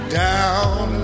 down